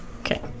Okay